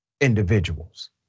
individuals